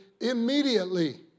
immediately